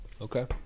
Okay